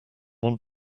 want